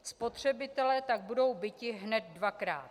Spotřebitelé tak budou biti hned dvakrát.